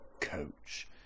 coach